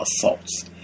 assaults